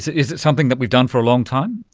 is it something that we've done for a long time?